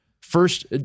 First